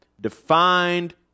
defined